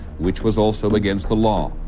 which was also against the law.